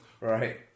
Right